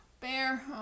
Bear